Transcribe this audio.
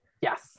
Yes